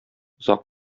озак